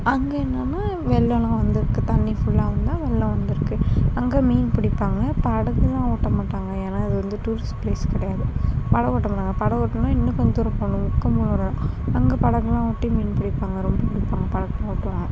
அங்கே என்னென்னா வெள்ளோல்லாம் வந்துருக்கு தண்ணி ஃபுல்லா வந்தால் வெள்ளம் வந்துருக்கு அங்கே மீன் பிடிப்பாங்க படகெல்லாம் ஓட்ட மாட்டாங்க ஏன்னால் அது வந்து டூரிஸ்ட் ப்ளேஸ் கிடையாது படகோட்டம்லாம் படகோட்ணுன்னா இன்னும் கொஞ்ச தூரம் போகணும் முக்கமூர் அங்கே படகெல்லாம் ஓட்டி மீன் பிடிப்பாங்க ரொம்ப பிடிப்பாங்க படகெல்லாம் ஓட்டுவாங்க